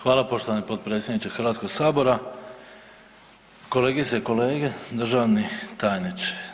Hvala poštovani potpredsjedniče Hrvatskog sabora, kolegice i kolege, državni tajniče.